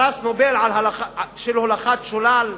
פרס נובל של הולכת שולל,